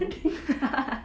what do